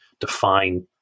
define